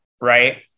right